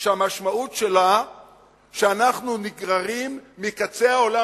והמשמעות היא שאנחנו נגררים מקצה העולם